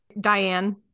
Diane